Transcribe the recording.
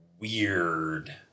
weird